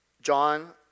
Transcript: John